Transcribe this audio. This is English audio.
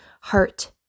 Heart